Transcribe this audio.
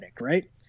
right